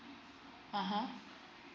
(uh huh)